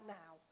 now